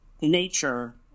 nature